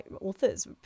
authors